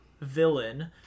Villain